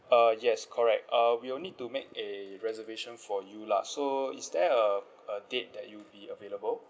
uh yes correct uh we'll need to make a reservation for you lah so is there a a date that you'll be available